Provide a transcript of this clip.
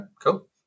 cool